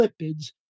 lipids